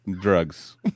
drugs